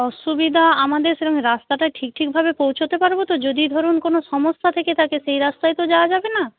অসুবিধা আমাদের সেরম রাস্তাটা ঠিক ঠিকভাবে পৌঁছোতে পারবো তো যদি ধরুন কোনো সমস্যা থেকে থাকে সেই রাস্তায় তো যাওয়া যাবে না